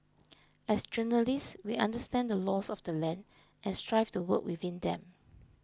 as journalists we understand the laws of the land and strive to work within them